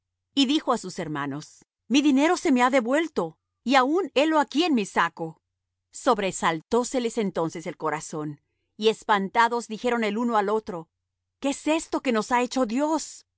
y dijo á sus hermanos mi dinero se me ha devuelto y aun helo aquí en mi saco sobresaltóseles entonces el corazón y espantados dijeron el uno al otro qué es esto que nos ha hecho dios